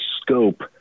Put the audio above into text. scope